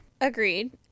agreed